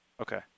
Okay